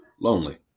lonely